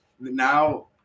now